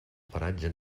paratge